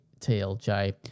tlj